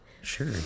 sure